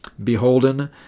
beholden